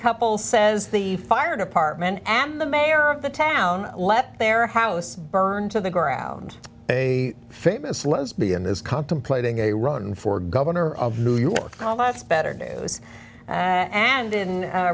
couple says the fire department and the mayor of the town let their house burn to the ground a famous lesbian is contemplating a run for governor of new york well that's better news and in